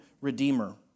redeemer